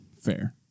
fair